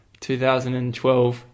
2012